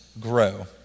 grow